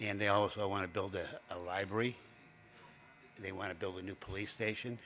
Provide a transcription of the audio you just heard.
and they also want to build a library they want to build a new police station